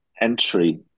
entry